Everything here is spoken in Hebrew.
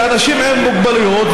לאנשים עם מוגבלויות,